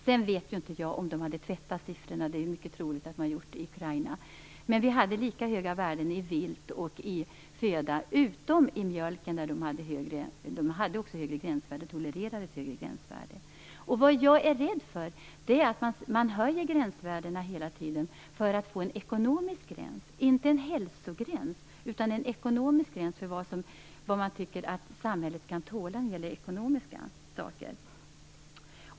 Jag vet ju inte om de hade tvättat siffrorna. Det är mycket troligt att de hade gjort det i Ukraina. Men vi hade lika höga värden i vilt och i föda utom i mjölken, där de hade högre värden. De hade också högre gränsvärden och tolererade ett högre gränsvärde. Jag är rädd för att man hela tiden höjer gränsvärdena för att få en ekonomisk gräns, och inte en hälsogräns, för vad man tycker att samhället kan tåla när det gäller ekonomiska saker.